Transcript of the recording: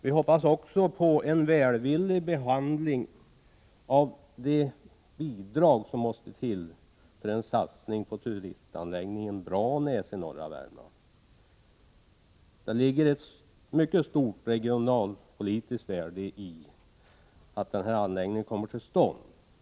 Vi hoppas också på en välvillig behandling när det gäller de bidrag som måste till för att man skall kunna göra en satsning på turistanläggningen i Branäs i norra Värmland. Det ligger ett mycket stort regionalpolitiskt värde i att denna anläggning kommer till stånd.